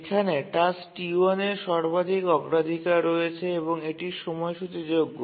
এখানে task T1 এর সর্বাধিক অগ্রাধিকার রয়েছে এবং এটি সময়সূচীযোগ্য